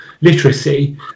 literacy